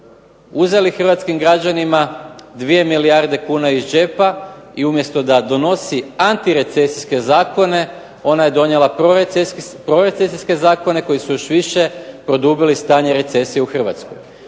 uzeli hrvatskim građanima 2 milijarde kuna iz džepa i umjesto da donosi antirecesijske zakone ona je donijela prorecesijske zakone koji su još više produbili stanje recesije u Hrvatskoj.